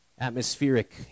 atmospheric